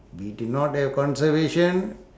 we did not have conservation